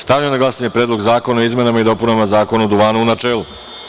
Stavljam na glasanje Predlog zakona o izmenama i dopunama Zakona o duvanu, u načelu.